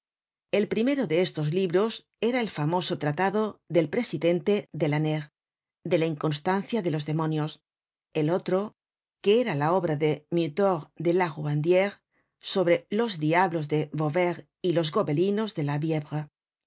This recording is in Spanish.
el primero de estos libros era el famoso tratado del presidente delanere de la inconstancia de los demonios el otro que era la obra de mutor de la rubandiere sobre los diablos de vauvert y los gobelinos de